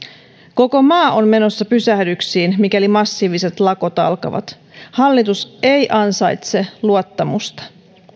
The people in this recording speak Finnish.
koko maa on menossa pysähdyksiin mikäli massiiviset lakot alkavat hallitus ei ansaitse luottamusta